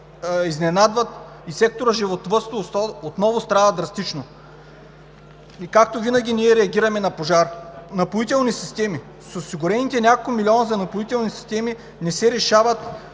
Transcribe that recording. изненадват и секторът „Животновъдство“ отново страда драстично. И както винаги, ние реагираме на пожар. „Напоителни системи“. С осигурените няколко милиона за „Напоителни системи“ не се решава